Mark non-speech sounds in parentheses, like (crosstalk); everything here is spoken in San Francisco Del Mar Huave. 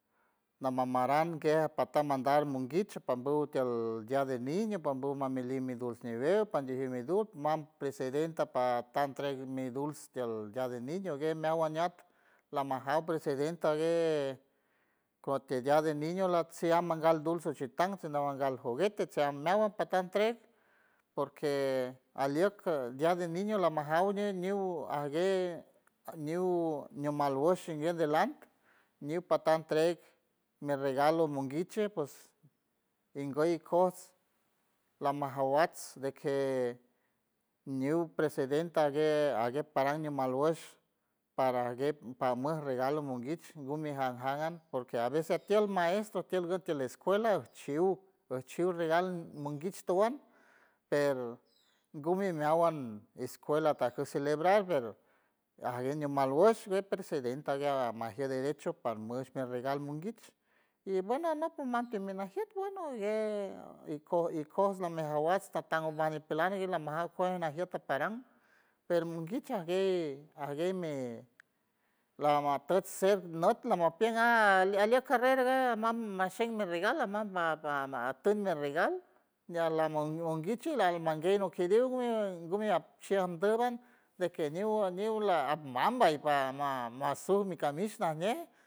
Namamarang gue patá mandar monguich pambu tiel dia del niño pambu mamiliw mi duls miwew pajan mi duk mam presidenta pata entreg mi duls tiel dia del niño ngue meawan ñat lamajaw presidenta gue corte dia del niño latsiant mangal dulce juchitan sino mangal juguete cheam meawan pata entrega porque ajlieck dia del niño lamajaw ñe ñiw ñiw ajgue ñiw ñimal wush nguien delante ñiw pata entrega mi regalo monguich ps nguy ikojts lamajaw wats de que ñiw presidenta ajgue ajgue parang ñumal wesh para ajgue par muj regalo monguich ngumi jan jan porque a veces a tiel maestro tiel gud tiel escuela chiw pujchiw regalo monguich towan per ngumi meawan escuela atajcu celebrar pero ajgue ñumal wush gue presidenta ajgue amajier derecho par mush mi regalo monguich y bueno anop y mam piminajiet bueno ajgue iko- ikojts lamejawats natan umbaj ñipelan gue lamajaw kuej najiet natarang per monguich ajgue ajguey mi lamatuch ser not lamapien aa alieck carrera gue mam nashien mi regal mam ma- ma- ma tuñ mi regal ñiel la- lamonguich lamanguey noqueriw mi gumi ajchim andurin de que ñiw- ñiw la a mam ma (hesitation) mam azul mi camis najñe.